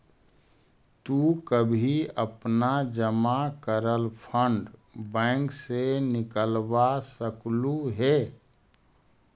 तु कभी अपना जमा करल फंड बैंक से निकलवा सकलू हे